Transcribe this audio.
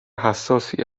حساسی